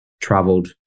traveled